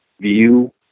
view